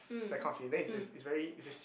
that kind of feeling then it's it's very s~